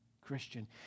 Christian